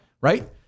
Right